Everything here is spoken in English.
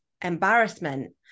embarrassment